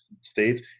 states